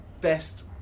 best